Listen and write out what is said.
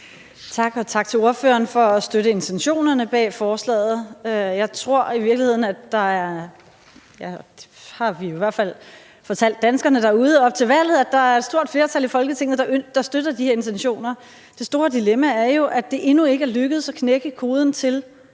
Tak, og tak til ordføreren for at støtte intentionerne bag forslaget. Jeg tror i virkeligheden – det har vi i hvert fald fortalt danskerne derude op til valget – at der er et stort flertal i Folketinget, der støtter de her intentioner. Det store dilemma er jo, at det endnu ikke er lykkedes at knække koden for,